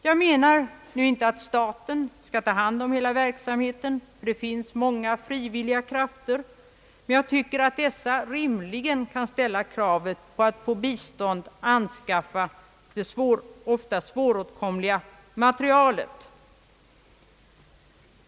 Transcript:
Jag menar nu inte, att staten skall ta hand om hela verksamheten, ty det finns många frivilliga krafter, men jag tycker, att man rimligen kan ställa kravet att få bistånd vid anskaffandet av den ofta svåråtkomliga materielen.